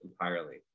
entirely